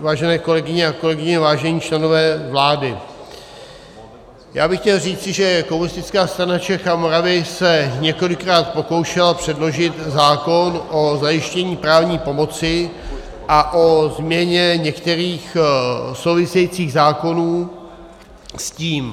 Vážené kolegyně a kolegové, vážení členové vlády, já bych chtěl říci, že Komunistická strana Čech a Moravy se několikrát pokoušela předložit zákon o zajištění právní pomoci a o změně některých souvisejících zákonů s tím.